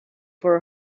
for